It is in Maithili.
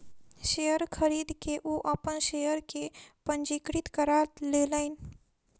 शेयर खरीद के ओ अपन शेयर के पंजीकृत करा लेलैन